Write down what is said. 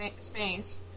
space